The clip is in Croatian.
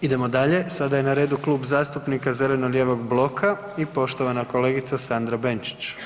Idemo dalje, sada je na redu Klub zastupnika zeleno-lijevog bloka i poštovana kolegica Sandra Benčić.